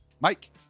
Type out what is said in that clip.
Mike